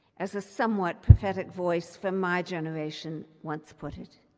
as a somewhat prophetic voice from my generation once put it.